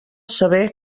saber